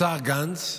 השר גנץ,